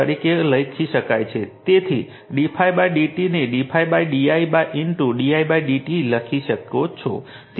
તેથી d∅ dt ને d∅ di di dt લખી શકો છો